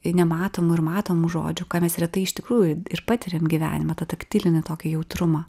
nematomų ir matomų žodžių ką mes retai iš tikrųjų patiriam gyvenime tą taktilinį tokį jautrumą